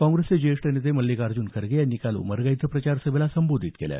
काँग्रेसचे ज्येष्ठ नेते मल्लिकार्जून खरगे यांनी काल उमरगा इथं प्रचार सभेला संबोधित केलं